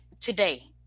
today